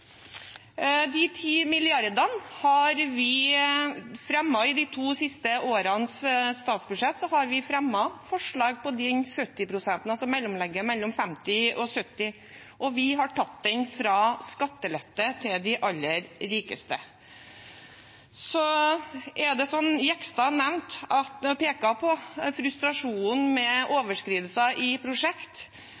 de ti milliardene, har vi i innstillingen til de to siste årenes statsbudsjett fremmet forslag om de 70 pst., altså mellomlegget mellom 50 og 70, og vi har tatt det fra skatteletten til de aller rikeste.